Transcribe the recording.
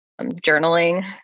journaling